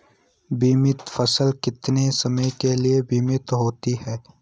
बीमित फसल कितने समय के लिए बीमित होती है?